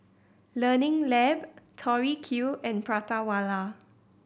Learning Lab Tori Q and Prata Wala